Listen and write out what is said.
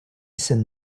said